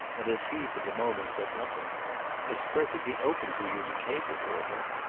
and as he for the moment said nothing it's perfectly open to you to cable for her.